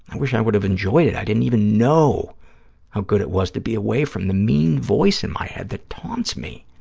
and wish i would have enjoyed it. i didn't even know how good it was to be away from the mean voice in my head that taunts me.